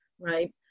right